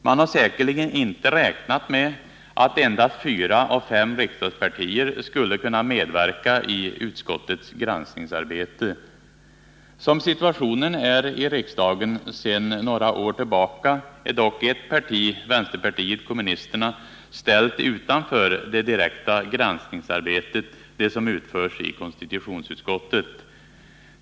Man har säkerligen inte räknat med att endast fyra av fem riksdagspartier skulle kunna medverka i utskottets granskningsarbete. Som situationen är i riksdagen sedan några år tillbaka är dock ett parti, vänsterpartiet kommunisterna, ställt utanför det direkta granskningsarbetet, det som utförs i konstitutionsutskottet.